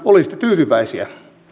olisitte tyytyväisiä